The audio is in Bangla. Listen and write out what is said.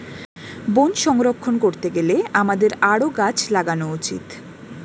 বন সংরক্ষণ করতে গেলে আমাদের আরও গাছ লাগানো উচিত